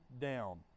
down